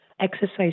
exercise